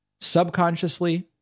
subconsciously